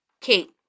Kate